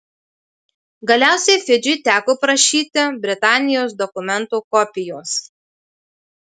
galiausiai fidžiui teko prašyti britanijos dokumento kopijos